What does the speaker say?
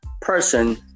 person